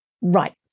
Right